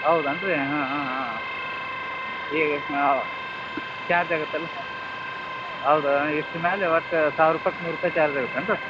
ಹೌದೇನು ರೀ ಹಾಂ ಹಾಂ ಹಾಂ ಎ ಹಾಂ ಚಾರ್ಜ್ ಆಗುತ್ತಲ್ಲ ಸ ಹೌದಾ ಇಷ್ಟರ ಮ್ಯಾಲೆ ಯಾವತ್ತ ಸಾವಿರ ರೂಪಾಯಿಕ ನೂರು ರೂಪಾಯಿ ಚಾರ್ಜ್